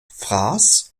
fraß